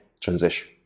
transition